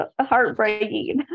heartbreaking